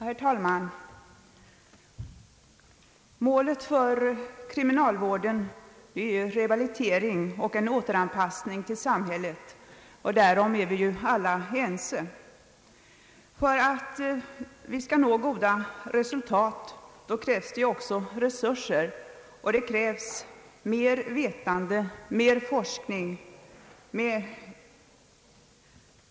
Herr talman! Målet för kriminalvården är rehabilitering och återanpassning till samhället, därom är vi alla ense. För att vi skall nå goda resultat i detta avseende krävs det resurser, och det krävs mer vetande, mer forskning.